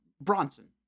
Bronson